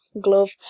Glove